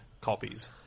Copies